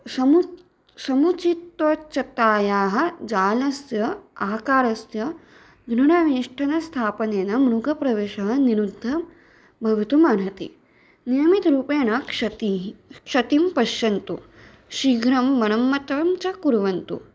समु समुचिततायाः जालस्य आकारस्य दृढवेष्टनस्थापनेन मृगप्रवेशः निरुद्धं भवितुम् अर्हति नियमितरूपेण क्षतिः क्षतिं पश्यन्तु शीघ्रं मनस्सम्मतञ्च कुर्वन्तु